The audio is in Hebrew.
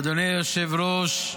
אדוני היושב בראש,